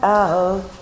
out